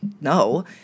No